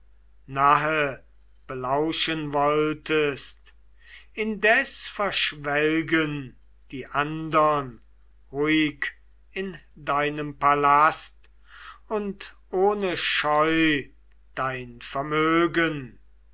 belauschen wolltest indes verschwelgen die andern ruhig in deinem palast und ohne scheu dein vermögen